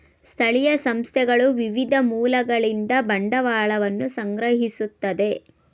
ಸ್ಥಳೀಯ ಸಂಸ್ಥೆಗಳು ವಿವಿಧ ಮೂಲಗಳಿಂದ ಬಂಡವಾಳವನ್ನು ಸಂಗ್ರಹಿಸುತ್ತದೆ